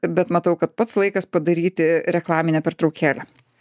bet matau kad pats laikas padaryti reklaminę pertraukėlę